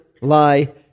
lie